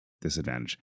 Disadvantage